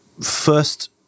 first